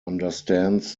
understands